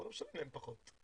לא משלם פחות.